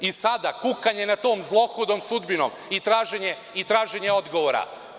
I sada kukanje na tom zlohudom sudbinom i traženje odgovora.